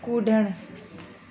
कुॾणु